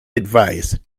advice